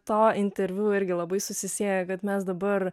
to interviu irgi labai susisieja kad mes dabar